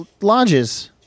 lodges